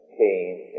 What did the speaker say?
came